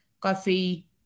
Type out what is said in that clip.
coffee